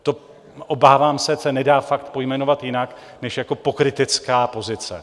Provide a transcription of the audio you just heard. To, obávám se, se nedá fakt pojmenovat jinak než jako pokrytecká pozice.